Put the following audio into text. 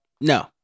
No